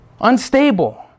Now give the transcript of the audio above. Unstable